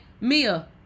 mia